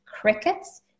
crickets